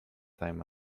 time